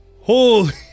Holy